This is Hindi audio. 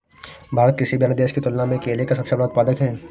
भारत किसी भी अन्य देश की तुलना में केले का सबसे बड़ा उत्पादक है